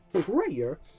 prayer